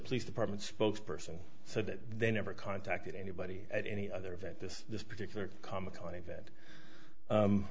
police department spokesperson so that they never contacted anybody at any other event this particular comic con event